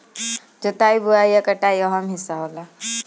जोताई बोआई आ कटाई अहम् हिस्सा होला